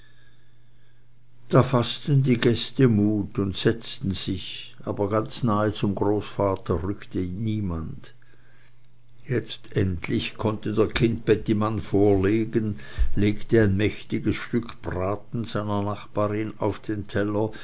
da faßten die gäste mut und setzten sich aber ganz nahe zum großvater rückte niemand jetzt endlich konnte der kindbettimann vorlegen legte ein mächtiges stück braten seiner nachbarin auf den teller